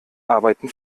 arbeiten